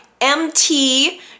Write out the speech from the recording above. MT